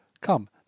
Come